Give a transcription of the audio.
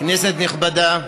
כנסת נכבדה,